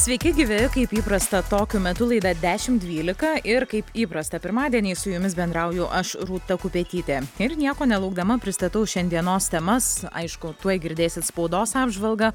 sveiki gyvi kaip įprasta tokiu metu laida dešimt dvylika ir kaip įprasta pirmadieniais su jumis bendrauju aš rūta kupetytė ir nieko nelaukdama pristatau šiandienos temas aišku tuoj girdėsit spaudos apžvalgą